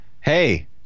Hey